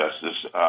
Justice